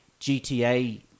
GTA